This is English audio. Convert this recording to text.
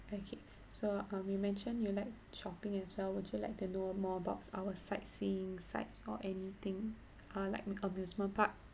okay so um you mentioned you like shopping as well would you like to know more about our sightseeing sites or anything err like amusement park